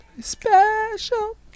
Special